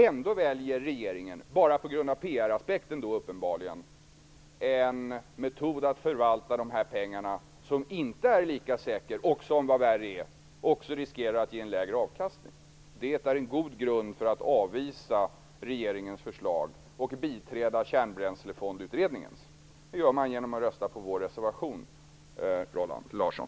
Ändå väljer regeringen, uppenbarligen bara på grund av PR-aspekten, en metod att förvalta dessa pengar som inte är lika säker och som, vad värre är, också riskerar att ge en lägre avkastning. Det är en god grund för att avvisa regeringens förslag och biträda Kärnbränslefondutredningens. Det gör man genom att rösta på vår reservation, Roland Larsson.